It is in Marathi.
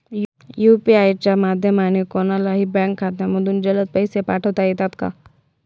यू.पी.आय च्या माध्यमाने कोणलाही बँक खात्यामधून जलद पैसे पाठवता येतात का?